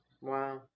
wow